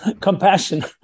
compassion